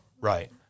Right